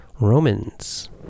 romans